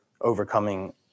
overcoming